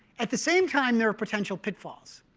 at the same time, there are potential pitfalls.